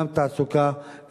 גם תעסוקה,